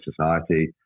society